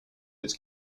its